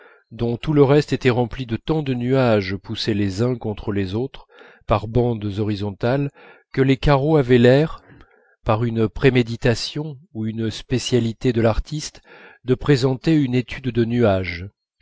dont tout le reste était rempli de tant de nuages poussés les uns contre les autres par bandes horizontales que les carreaux avaient l'air par une préméditation ou une spécialité de l'artiste de présenter une étude de nuages